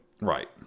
right